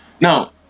now